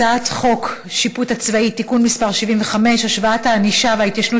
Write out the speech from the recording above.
הצעת חוק השיפוט הצבאי (תיקון מס' 75) (השוואת הענישה וההתיישנות